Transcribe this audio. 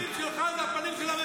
את כולם תכניס לכלא.